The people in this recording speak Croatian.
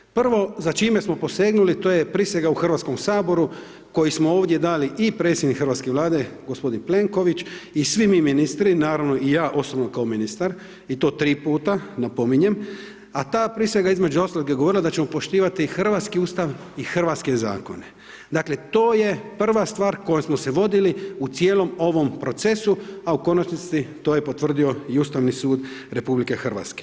Pa, ja bih rekao, prvo za čime smo posegnuli, to je prisega u HS koji smo ovdje dali i predsjednik hrvatske Vlade, g. Plenković i svi mi ministri, naravno i ja osobno kao ministar i to 3 puta, napominjem, a ta prisega između ostalog je govorila da ćemo poštivati hrvatski Ustav i hrvatske zakone, dakle to je prva stvar kojom smo se vodili u cijelom ovom procesu, a u konačnici to je potvrdio i Ustavni sud RH.